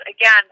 Again